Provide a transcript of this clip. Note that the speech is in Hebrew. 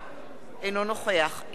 אינו נוכח אילן גילאון,